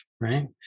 right